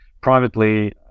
Privately